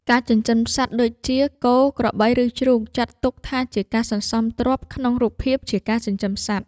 ការចិញ្ចឹមសត្វដូចជា គោ ក្របី ឬជ្រូក ចាត់ទុកថាជាការសន្សំទ្រព្យក្នុងរូបភាពជាការចិញ្ចឹមសត្វ។